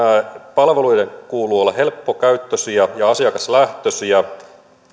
palvelujen kuuluu olla helppokäyttöisiä ja asiakaslähtöisiä